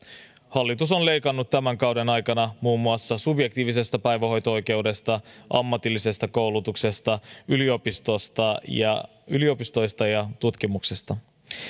hallitus on leikannut tämän kauden aikana muun muassa subjektiivisesta päivähoito oikeudesta ammatillisesta koulutuksesta yliopistoista ja yliopistoista ja tutkimuksesta